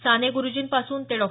साने गुरुजींपासून ते डॉ